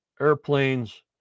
airplanes